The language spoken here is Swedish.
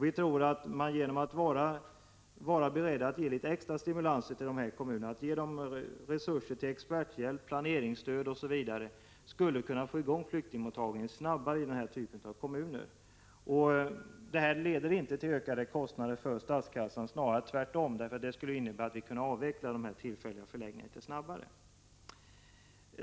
Vi tror att om man vore beredd att ge litet extra stimulans åt de kommunerna och låta dem få experthjälp, planeringsstöd osv. skulle det gå att få i gång flyktingmottagningen snabbare. Det skulle inte leda till ökade kostnader för statskassan — snarare tvärtom — eftersom det innebär att vi kunde avveckla de tillfälliga förläggningarna något snabbare.